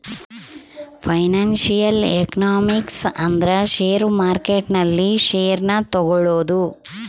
financial economics ಅಂದ್ರ share market ನಲ್ಲಿ share ನ ತಗೋಳೋದು